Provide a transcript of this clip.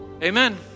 amen